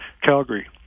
Calgary